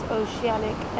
oceanic